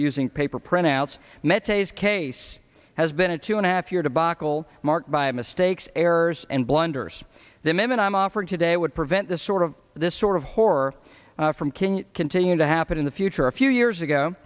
using paper printouts met ses case has been a two and a half year debacle marked by mistakes errors and blunders the minute i'm offered today would prevent this sort of this sort of horror from king continue to happen in the future a few years ago